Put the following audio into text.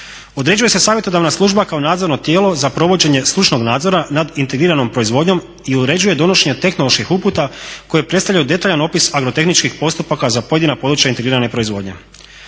Određuje se savjetodavna služba kao nadzorno tijelo za provođenje stručnog nadzora nad integriranom proizvodnjom i uređuje donošenje tehnoloških uputa koje predstavljaju detaljan opis agrotehničkih postupaka za pojedina područja integrirane proizvodnje.